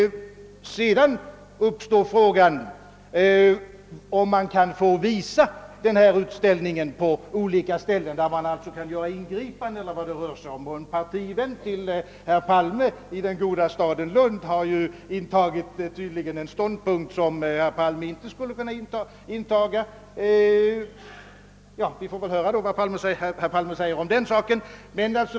En annan fråga är om man kan få visa ifrågavarande utställning på olika platser och då göra ingripanden av ena eller andra slaget. En partivän till herr Palme har tydligen i den goda staden Lund intagit en ståndpunkt, som herr Palme inte skulle kunna inta. Vi får väl höra litet senare vad herr Palme säger om den saken.